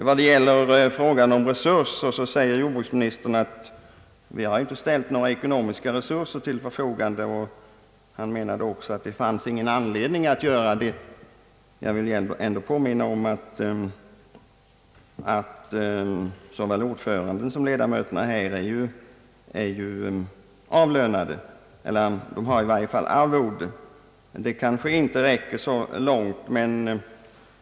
Vad gäller frågan om resurser säger jordbruksministern att han inte har ställt några ekonomiska resurser till förfogande och menar också att det inte har funnits någon anledning att göra det. Jag vill påminna om att såväl ordföranden som ledamöterna har ettårsarvode, även om de inte på något sätt är heltidsanställda.